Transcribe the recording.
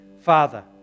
Father